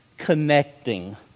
Connecting